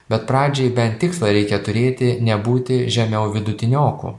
bet pradžiai bent tikslą reikia turėti nebūti žemiau vidutiniokų